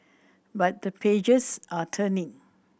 but the pages are turning